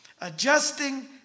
Adjusting